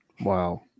Wow